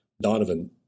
Donovan